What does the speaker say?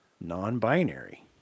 non-binary